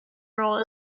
role